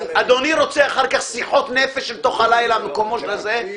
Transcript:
אדוני רוצה אחר כך שיחות נפש אל תוך הלילה בבקשה,